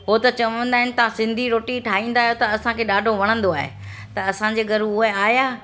हो त चवंदा आहिनि तव्हां सिंधी रोटी ठाहींदा आहियो त असांखे ॾाढो वणंदो आहे त असांजे घर उहे आहियां